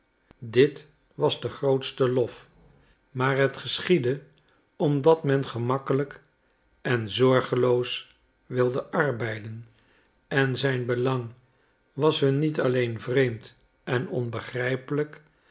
dit was de grootste lof maar het geschiedde omdat men gemakkelijk en zorgeloos wilde arbeiden en zijn belang was hun niet alleen vreemd en onbegrijpelijk